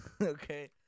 Okay